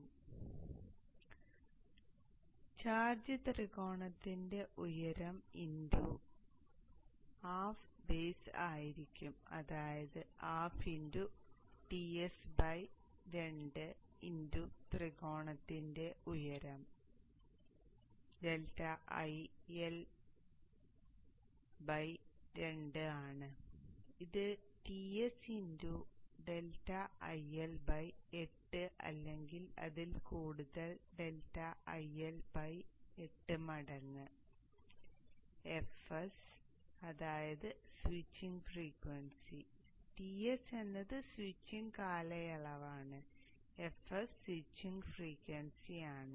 അതിനാൽ ചാർജ്ജ് ത്രികോണത്തിന്റെ ഉയരം 12 ബേസ് ആയിരിക്കും അതായത് 12 Ts 2 ത്രികോണത്തിന്റെ ഉയരം ∆IL 2 ആണ് ഇത് Ts∆IL 8 അല്ലെങ്കിൽ അതിൽ കൂടുതൽ ∆IL 8 മടങ്ങ് fs അതായത് സ്വിച്ചിംഗ് ഫ്രീക്വൻസി Ts എന്നത് സ്വിച്ചിംഗ് കാലയളവാണ് fs സ്വിച്ചിംഗ് ഫ്രീക്വൻസി ആണ്